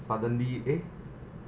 suddenly eh